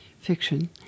fiction